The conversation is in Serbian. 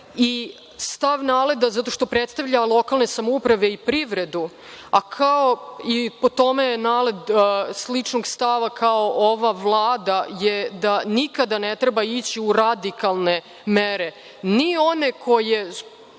Stav NALED zato što predstavlja lokalne samouprave i privredu i po tome je NALED sličnog stava kao i ova Vlada je da nikada ne treba ići u radikalne mere, ni one koje